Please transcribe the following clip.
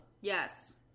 Yes